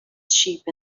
sheep